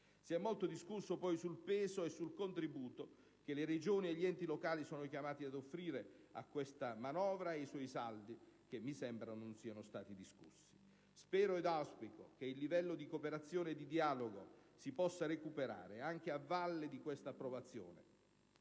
Si è molto discusso sul peso e sul contributo che le Regioni e gli enti locali sono chiamati ad offrire a questa manovra e ai suoi saldi, che mi sembra non siano discussi. Spero ed auspico che il livello di cooperazione e di dialogo si possa recuperare anche a valle di questa approvazione,